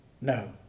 no